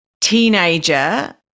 teenager